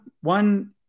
one